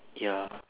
ya